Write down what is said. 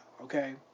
Okay